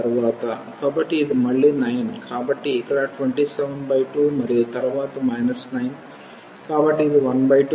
కాబట్టి 32 మరియు ఈ y2 ఇక్కడ 9 3 మరియు తరువాత 27